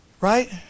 Right